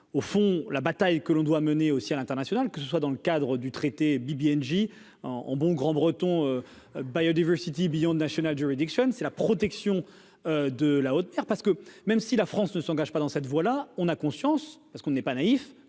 au fond, la bataille que l'on doit mener aussi à l'international, que ce soit dans le cadre du traité Bibi Engie en en bon grand-breton biodiversité Billon nationale juridiction, c'est la protection de la haute mer parce que même si la France ne s'engage pas dans cette voie là, on a conscience, parce qu'on n'est pas naïf